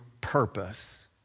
purpose